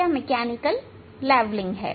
यह mechanical levelling है